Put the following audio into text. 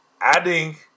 adding